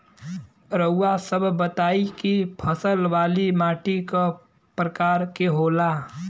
रउआ सब बताई कि फसल वाली माटी क प्रकार के होला?